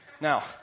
Now